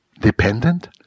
Dependent